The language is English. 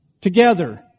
Together